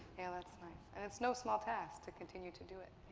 and that's nice. and it's no small task to continue to do it.